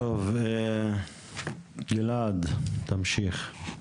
טוב, גלעד, תמשיך.